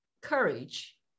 courage